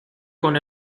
con